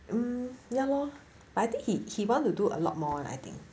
um ya lor but I think he he wants to do a lot more I think